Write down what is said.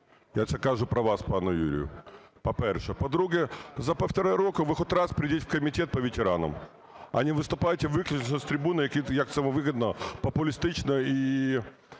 Я це кажу про вас, пане Юрію. По-перше. По-друге, за півтори роки ви хоч раз прийдіть в Комітет по ветеранам, а не виступайте виключно з трибуни, як це вам вигідно, популістично і